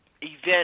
event